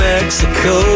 Mexico